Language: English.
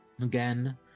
again